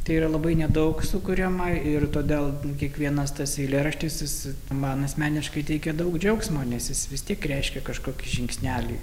tai yra labai nedaug sukuriama ir todėl kiekvienas tas eilėraštis jis man asmeniškai teikia daug džiaugsmo nes jis vis tiek reiškia kažkokį žingsnelį